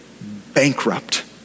bankrupt